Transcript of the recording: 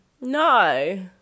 no